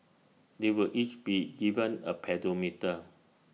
they will each be given A pedometer